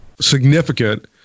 Significant